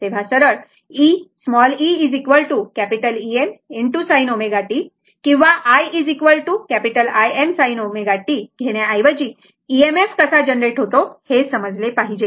सरळ e Em sin ωt किंवा i Im sin ωt घेण्याऐवजी EMF कसा जनरेट होतो हे समजले पाहिजे